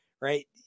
right